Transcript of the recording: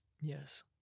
Yes